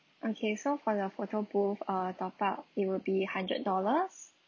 okay so for your photo booth uh top up it will be hundred dollars